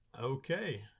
Okay